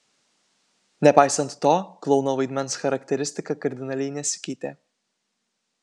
nepaisant to klouno vaidmens charakteristika kardinaliai nesikeitė